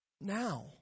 now